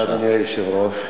אדוני היושב-ראש,